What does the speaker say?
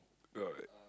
alright